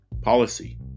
policy